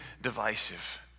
divisive